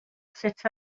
sut